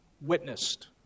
witnessed